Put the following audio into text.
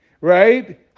right